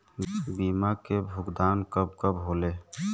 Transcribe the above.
बीमा के भुगतान कब कब होले?